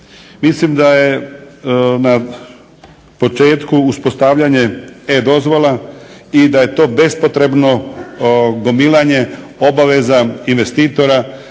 Mislim da je na početku uspostavljanje e-dozvola i da je to bespotrebno gomilanje obaveza investitora